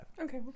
Okay